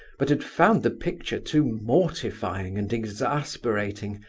but had found the picture too mortifying and exasperating,